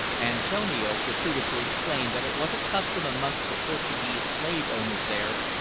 antonio proceeded to explain that it was a custom amongst the portuguese slave-owners there,